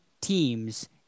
teams